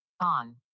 On